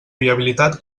viabilitat